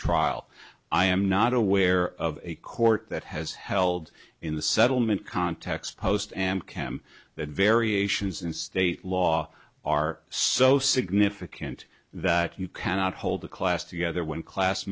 trial i am not aware of a court that has held in the settlement context post am cam that variations in state law are so significant that you cannot hold a class together when class